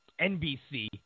NBC